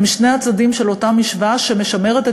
הם שני הצדדים של אותה משוואה שמשמרת את